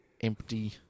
empty